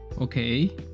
Okay